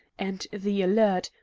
and the alert,